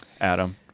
adam